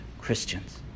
christians